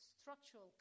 structural